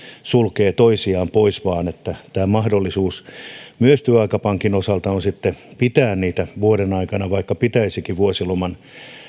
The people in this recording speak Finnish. sulkevat toisiaan pois vaan että myös työaikapankin osalta on mahdollista pitää niitä vuoden aikana vaikka pitäisikin vuosiloman